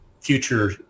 future